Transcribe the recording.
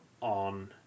on